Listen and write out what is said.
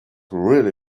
really